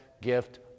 gift